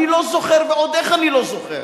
אני לא זוכר, ועוד איך אני לא זוכר.